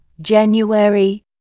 January